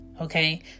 Okay